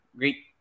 great